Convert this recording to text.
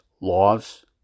laws